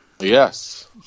Yes